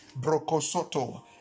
Brocosoto